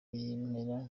mpera